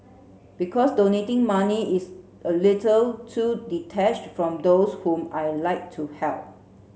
because donating money is a little too detached from those whom I'd like to help